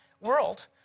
world